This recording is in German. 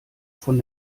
von